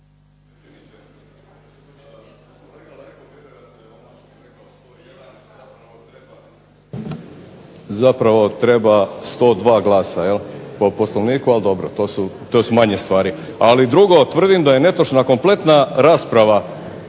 zapravo treba 102 glasa po Poslovniku, ali dobro, to su manje stvari. Ali drugo, tvrdim da je netočna kompletna rasprava,